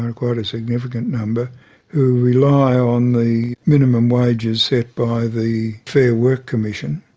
um quite a significant number who rely on the minimum wages set by the fair work commission,